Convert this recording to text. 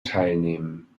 teilnehmen